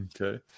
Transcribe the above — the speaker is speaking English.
Okay